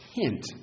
hint